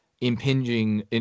impinging